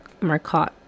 Marcotte